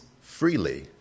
freely